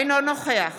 אינו נוכח